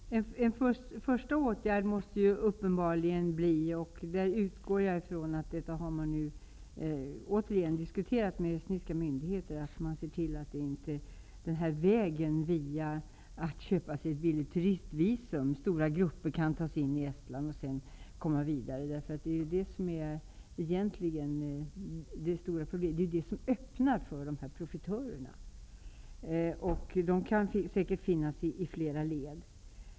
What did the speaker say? Herr talman! En första åtgärd måste uppenbarligen bli -- och jag utgår ifrån att detta återigen har diskuterats med estniska myndigheter -- att se till att möjligheten för stora grupper att via billiga turistvisum ta sig in i Estland för att sedan ta sig vidare stoppas. Det är detta som är det egentliga problemet och som lockar till sig profitörer som säkert kan finnas i flera led.